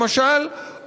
למשל,